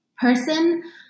person